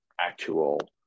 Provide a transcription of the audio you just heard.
actual